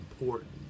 important